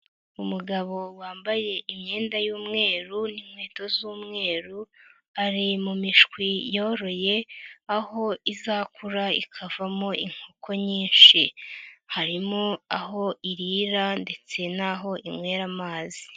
Umugabo wambaye imyenda y'umweru n'inkweto z'umweru, ari mu mishwi yoroye aho izakura ikavamo inkoko nyinshi, harimo aho irira ndetse n'aho inywera amazi.